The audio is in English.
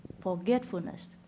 forgetfulness